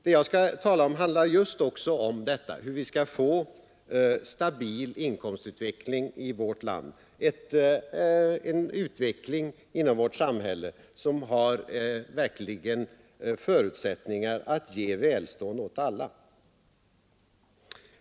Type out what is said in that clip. Det jag skall tala om är just detta: hur vi skall få en stabil inkomstutveckling i vårt land, en utveckling inom vårt samhälle som verkligen har förutsättningar att ge välstånd åt alla.